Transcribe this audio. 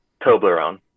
Toblerone